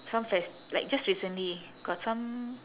some fes~ like just recently got some